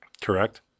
Correct